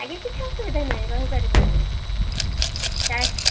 ଆଜ୍ଞା କିଛି ଅସୁବିଧା ନାହିଁ ରହିପାରିବେ